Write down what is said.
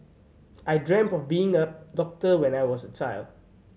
I dreamt of being a doctor when I was a child